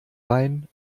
rein